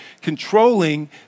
controlling